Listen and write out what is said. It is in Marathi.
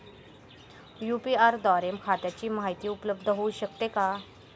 यू.पी.आय द्वारे खात्याची माहिती उपलब्ध होऊ शकते का?